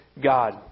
God